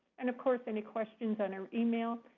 and of course any questions and our email.